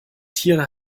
tiere